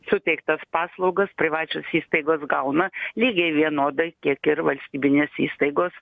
suteiktas paslaugas privačios įstaigos gauna lygiai vienodai kiek ir valstybinės įstaigos